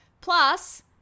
plus